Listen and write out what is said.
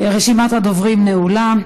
רשימת הדוברים נעולה.